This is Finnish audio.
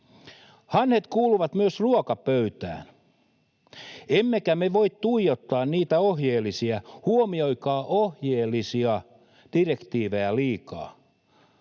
Hanhet kuuluvat myös ruokapöytään, emmekä me voi tuijottaa niitä ohjeellisia — huomioikaa, ohjeellisia — direktiivejä liikaa.